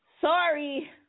Sorry